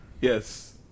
Yes